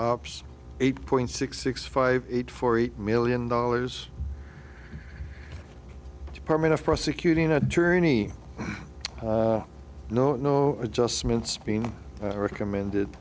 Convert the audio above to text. ops eight point six six five eight four eight million dollars department of prosecuting attorney no no adjustments being recommended